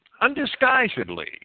undisguisedly